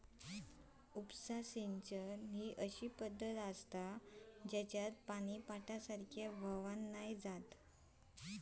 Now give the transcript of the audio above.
उपसा सिंचन ही अशी पद्धत आसा जेच्यात पानी पाटासारख्या व्हावान नाय जाणा